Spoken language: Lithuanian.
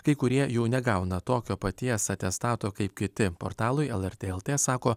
kai kurie jų negauna tokio paties atestato kaip kiti portalui lrt lt sako